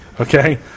Okay